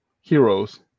Heroes